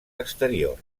exterior